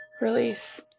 release